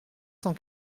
cent